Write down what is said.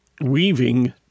weaving